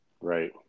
Right